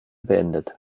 beendet